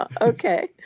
okay